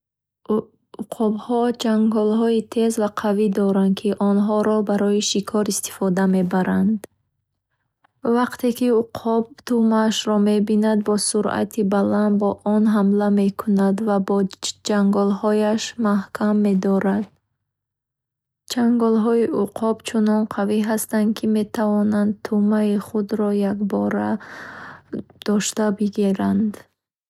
Уқобҳо чанголҳои тез ва қавӣ доранд, ки онҳоро барои шикор истифода мебаранд. Вақте ки уқоб тӯъмаашро мебинад, бо суръати баланд ба он ҳамла мекунад ва бо чанголҳояш маҳкам медорад. Чанголҳои уқоб чунон қавӣ ҳастанд, ки метавонанд тӯъмаи худро якбора дошта бигиранд. Онҳо инчунин бо чанголҳоашон тӯъмаро мебардоранд ва ба ҷои амн мебаранд.